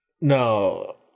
No